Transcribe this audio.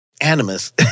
Animus